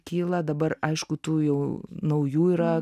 kyla dabar aišku tų jau naujų yra